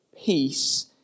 Peace